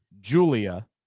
Julia